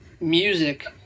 music